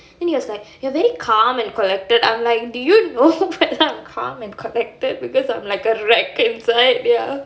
then he was like you're very calm and collected I'm like do you know whether I'm calm and collected because I'm like a wreck inside ya